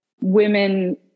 women